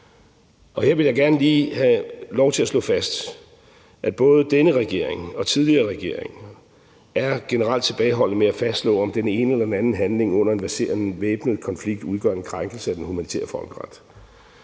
Her vil jeg gerne lige have lov til at slå fast, at både denne regering og tidligere regeringer generelt er tilbageholdende med at fastslå, om den ene eller den anden handling under en verserende væbnet konflikt udgør en krænkelse af den humanitære folkeret.